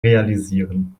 realisieren